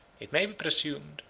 it may be presumed,